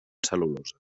cel·lulosa